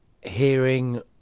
hearing